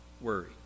worry